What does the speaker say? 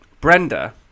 Brenda